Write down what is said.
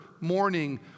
morning